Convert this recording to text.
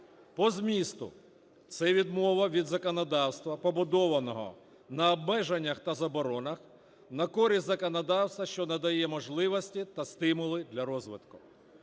По змісту. Це відмова від законодавства, побудованого на обмеженнях та заборонах, на користь законодавства, що надає можливості та стимули для розвитку.